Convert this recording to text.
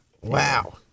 Wow